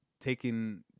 taking